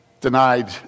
denied